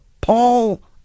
Paul